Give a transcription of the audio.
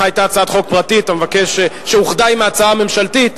לך היתה הצעת חוק פרטית שאוחדה עם ההצעה הממשלתית,